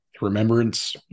Remembrance